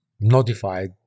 notified